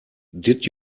did